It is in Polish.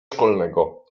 szkolnego